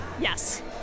Yes